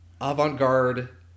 avant-garde